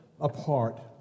apart